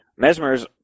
Mesmers